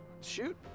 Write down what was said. shoot